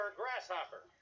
grasshopper